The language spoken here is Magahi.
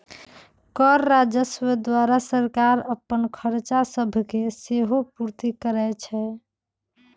कर राजस्व द्वारा सरकार अप्पन खरचा सभके सेहो पूरति करै छै